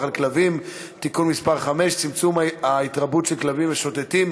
על כלבים (תיקון מס' 5) (צמצום ההתרבות של כלבים משוטטים),